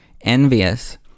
envious